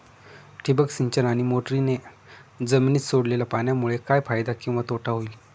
ठिबक सिंचन आणि मोटरीने जमिनीत सोडलेल्या पाण्यामुळे काय फायदा किंवा तोटा होईल?